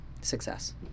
success